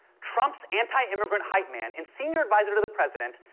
trump's anti-immigrant hype man and senior advisor to the president,